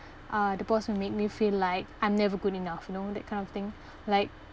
uh the boss will make me feel like I'm never good enough you know that kind of thing like